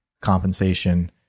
compensation